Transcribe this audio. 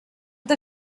the